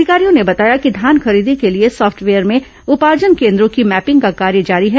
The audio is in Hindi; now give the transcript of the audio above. अधिकारियों ने बताया कि धान खरीदी के लिए सॉफ्टवेयर में उपार्जन केन्द्रों की मैपिंग का कार्य जारी है